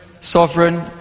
sovereign